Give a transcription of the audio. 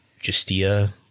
Justia